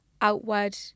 outward